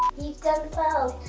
you've done well!